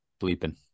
bleeping